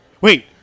Wait